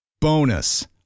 Bonus